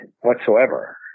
whatsoever